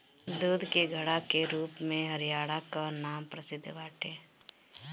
दूध के घड़ा के रूप में हरियाणा कअ नाम प्रसिद्ध बाटे